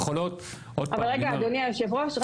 אבל רגע, אדוני יושב הראש.